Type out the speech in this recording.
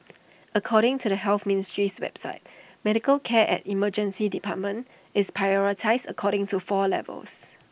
according to the health ministry's website medical care at emergency departments is prioritised according to four levels